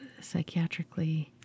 psychiatrically